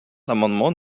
l’amendement